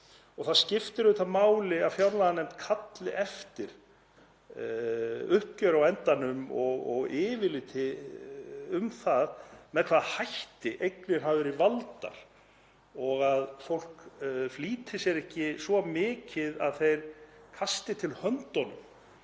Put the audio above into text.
Það skiptir auðvitað máli að fjárlaganefnd kalli eftir uppgjöri á endanum og yfirliti um það með hvaða hætti eignir hafa verið valdar og að fólk flýti sér ekki svo mikið að það kasti til höndunum